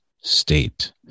state